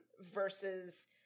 Versus